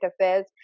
affairs